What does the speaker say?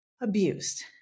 abused